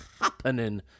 happening